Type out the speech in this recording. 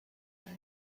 gaz